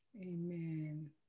Amen